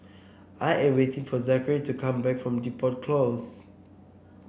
I am waiting for Zachery to come back from Depot Close